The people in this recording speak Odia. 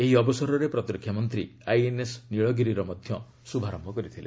ଏହି ଅବସରରେ ପ୍ରତିରକ୍ଷା ମନ୍ତ୍ରୀ ଆଇଏନ୍ଏସ୍ ନୀଳଗିରିର ମଧ୍ୟ ଶୁଭାରମ୍ଭ କରିଥିଲେ